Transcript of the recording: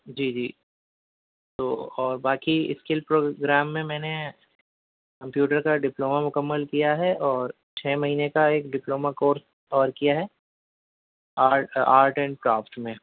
جی جی تو اور باقی اسکل پروگرام میں میں نے کمپیوٹر کا ڈپلوما مکمل کیا ہے اور چھ مہینے کا ایک ڈپلوما کورس اور کیا ہے آرٹ آرٹ اینڈ کرافٹ میں